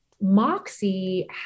Moxie